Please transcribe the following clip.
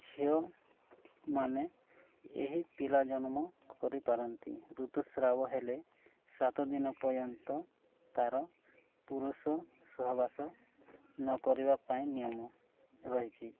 ଝିଅମାନେ ଏହି ପିଲା ଜନ୍ମ କରିପାରନ୍ତି ଋତୁସ୍ରାବ ହେଲେ ସାତ ଦିନ ପର୍ଯ୍ୟନ୍ତ ତା'ର ପୁରୁଷ ସହବାସ ନ କରିବା ପାଇଁ ନିୟମ ରହିଛି